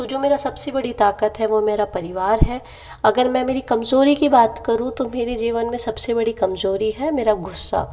तो जो मेरा सबसे बड़ी ताकत है वो मेरा परिवार है अगर मैं मेरी कमज़ोरी की बात करूँ तो मेरे जीवन में सबसे बड़ी कमज़ोरी है मेरा गुस्सा